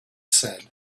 said